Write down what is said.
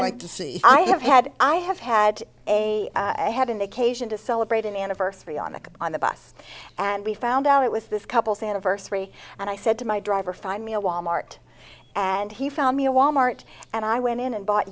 like to see i have had i have had a i had an occasion to celebrate an anniversary on the on the bus and we found out it was this couple's anniversary and i said to my driver find me a wal mart and he found me a wal mart and i went in and bought